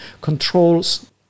controls